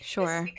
Sure